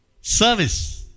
service